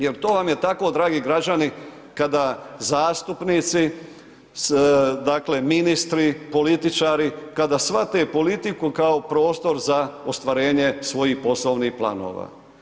Jer to vam je tako dragi građani, kada zastupnici, dakle, ministri, političari, kada shvate politiku kao prostro za ostvarenje svojih poslovnih planova.